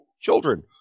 children